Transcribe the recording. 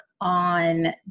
on